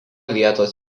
vietos